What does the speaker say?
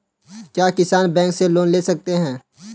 क्या किसान बैंक से लोन ले सकते हैं?